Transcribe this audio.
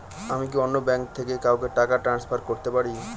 আমি কি অন্য ব্যাঙ্ক থেকে কাউকে টাকা ট্রান্সফার করতে পারি?